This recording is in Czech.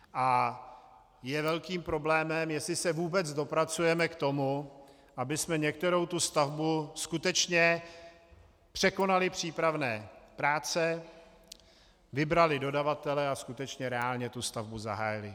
A je velkým problémem, jestli se vůbec dopracujeme k tomu, abychom některou tu stavbu skutečně... překonali přípravné práce, vybrali dodavatele a skutečně reálně tu stavbu zahájili.